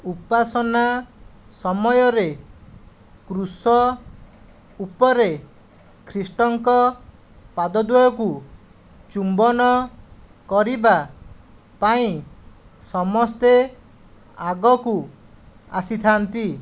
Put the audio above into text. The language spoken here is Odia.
ଉପାସନା ସମୟରେ କୃଶ ଉପରେ ଖ୍ରୀଷ୍ଟଙ୍କ ପାଦଦ୍ୱୟକୁ ଚୁମ୍ବନ କରିବା ପାଇଁ ସମସ୍ତେ ଆଗକୁ ଆସିଥାନ୍ତି